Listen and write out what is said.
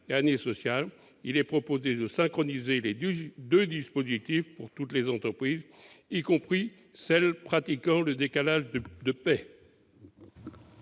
et année sociale, il est proposé de synchroniser les deux dispositifs pour toutes les entreprises, y compris celles pratiquant le décalage de paye.